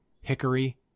hickory